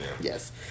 Yes